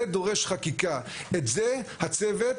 זה דורש חקיקה, את זה הצוות